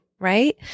Right